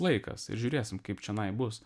laikas ir žiūrėsim kaip čionai bus